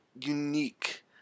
unique